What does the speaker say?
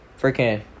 Freaking